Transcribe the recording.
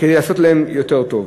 כדי לעשות להם יותר טוב.